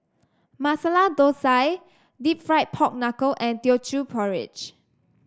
Masala Thosai Deep Fried Pork Knuckle and Teochew Porridge